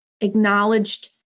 acknowledged